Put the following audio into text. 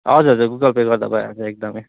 हजुर हजुर Google Pay गर्दा भइहाल्छ एकदमै